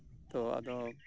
ᱛᱚ ᱟᱫᱚ